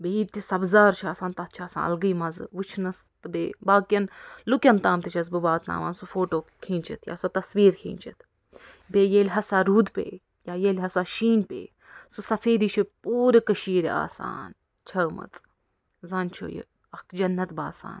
بیٚیہِ یِتہِ سبزار چھِ آسان تَتھ چھِ آسان الگٕے مَزٕ وُچھنَس تہٕ بیٚیہِ باقِیَن لُکَن تام تہِ چھَس بہٕ واتناوان سُہ فوٹوٗ کھیٖنچِتھ یا سۄ تصوریٖر کھیٖنچِتھ بیٚیہِ ییٚلہِ ہسا روٗد پےٚ یا ییٚلہ ہسا شیٖن پےٚ سُہ سفیٖدی چھِ پوٗرٕ کٔشیٖرِ آسان چھٲومٕژ زَنہٕ چھُ یہِ اَکھ جنت باسان